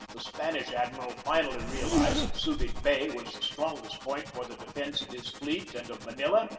the spanish admiral finally realized that subig bay was the strongest point for the defence of his fleet and of manila,